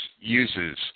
uses